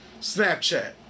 Snapchat